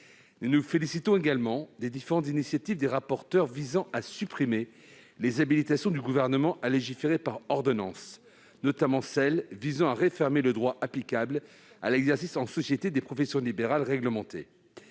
Nous nous félicitions également des différentes initiatives des rapporteurs visant à supprimer les habilitations données au Gouvernement à légiférer par ordonnances, notamment celle qui devait lui permettre de réformer ainsi le droit applicable à l'exercice en société des professions libérales réglementées.